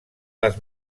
les